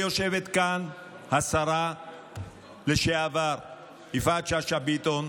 יושבת כאן השרה לשעבר יפעת שאשא ביטון.